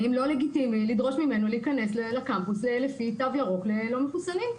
האם לא לגיטימי לדרוש ממנו להיכנס לקמפוס לפי תו ירוק ללא מחוסנים?